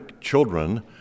children